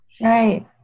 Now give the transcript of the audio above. Right